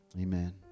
amen